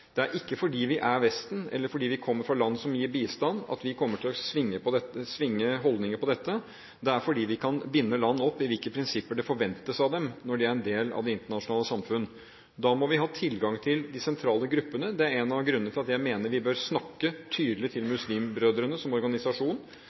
Det er ikke fordi vi er Vesten, eller fordi vi kommer fra land som gir bistand, at vi kommer til å svinge holdninger her. Det er fordi vi kan binde land opp i hvilke prinsipper som forventes av dem når de er en del av det internasjonale samfunn. Da må vi ha tilgang til de sentrale gruppene. Det er en av grunnene til at jeg mener vi bør snakke tydelig til